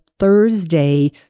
Thursday